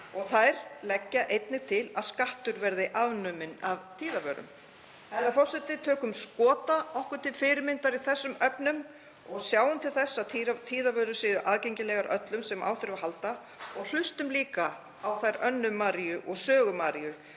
Og þær leggja einnig til að skattur verði afnuminn af tíðavörum. Herra forseti. Tökum Skota okkur til fyrirmyndar í þessum efnum og sjáum til þess að tíðavörur séu aðgengilegar öllum sem á þurfa að halda. Og hlustum líka á þær Önnu Maríu og Sögu Maríu